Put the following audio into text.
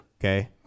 Okay